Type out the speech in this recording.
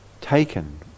taken